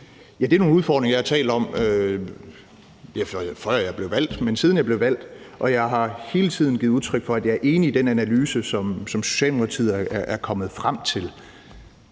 det er nogle udfordringer, som jeg har talt om, før jeg blev valgt, og siden jeg blev valgt. Jeg har hele tiden givet udtryk for, at jeg er enig i den analyse, som Socialdemokratiet er kommet frem til.